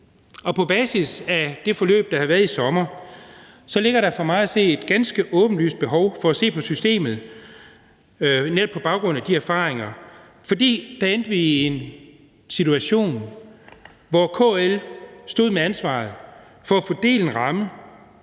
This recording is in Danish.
og på basis af det forløb, der har været i sommer, ligger der for mig at se et ganske åbenlyst behov for at se på systemet, netop på baggrund af de erfaringer. For der endte vi i en situation, hvor KL stod med ansvaret for at fordele en ramme,